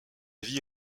vie